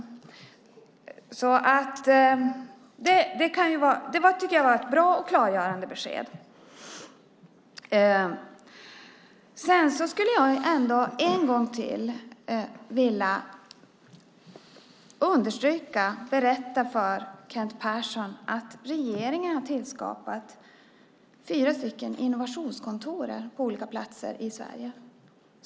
Jag tycker att det var ett bra och klargörande besked. Men jag skulle ändå en gång till vilja understryka inför Kent Persson att regeringen har tillskapat fyra innovationskontor på olika platser i Sverige.